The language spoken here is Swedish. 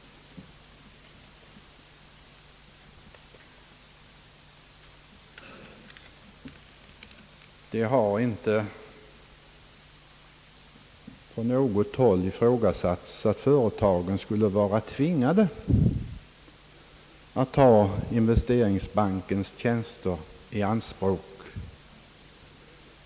Det har inte på något håll ifrågasatts, att företagen skulle vara tvingade att ta investeringsbankens tjänster i anspråk.